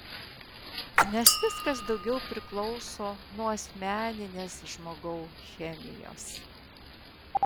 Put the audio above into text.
nes viskas daugiau priklauso nuo asmeninės žmogau chemijos